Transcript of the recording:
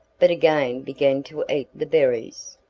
but again began to eat the berries.